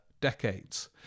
decades